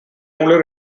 only